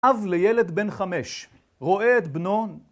אב לילד בן חמש רואה את בנו